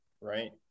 right